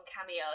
Cameo